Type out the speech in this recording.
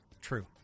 True